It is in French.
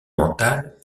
mental